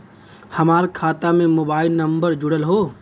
हमार खाता में मोबाइल नम्बर जुड़ल हो?